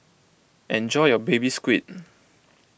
enjoy your Baby Squid